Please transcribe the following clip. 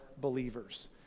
believers